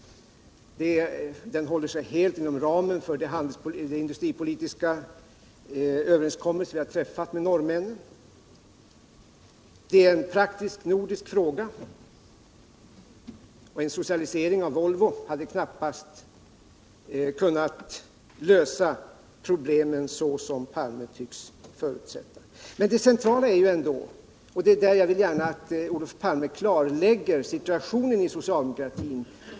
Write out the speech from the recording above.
Affären håller sig helt inom ramen för den industripolitiska överenskommelse vi har träffat med norrmännen. Detta är en praktisk nordisk fråga. En socialisering av Volvo hade knappast kunnat lösa problemen, såsom Olof Palme tycks förutsätta. Men jag vill gärna att Olof Palme klargör situationen inom socialdemokratin.